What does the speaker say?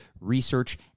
research